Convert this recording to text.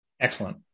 Excellent